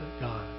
God